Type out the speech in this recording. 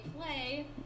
Play